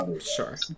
Sure